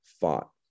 fought